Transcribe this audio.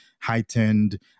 heightened